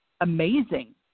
amazing